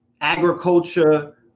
agriculture